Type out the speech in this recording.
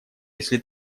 если